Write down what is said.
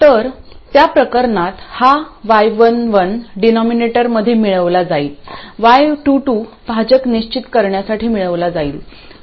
तर त्या प्रकरणात हा y11 डीनोमिनेटरमध्ये मिळवला जाईल y22 भाजक निश्चित करण्यासाठी मिळवला जाईल